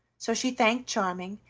so she thanked charming,